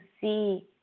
see